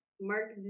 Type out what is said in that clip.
Mark